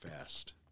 fast